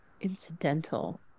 Incidental